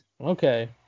Okay